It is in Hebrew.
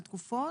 על תקופות,